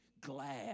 glad